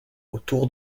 autour